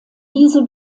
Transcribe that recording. diese